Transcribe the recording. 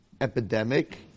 epidemic